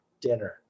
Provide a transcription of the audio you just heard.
dinner